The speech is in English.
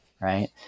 right